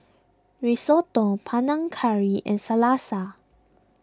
Risotto Panang Curry and Salsa